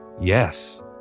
Yes